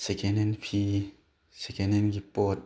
ꯁꯦꯀꯦꯟ ꯍꯦꯟꯗ ꯐꯤ ꯁꯦꯀꯦꯟ ꯍꯦꯟꯗꯒꯤ ꯄꯣꯠ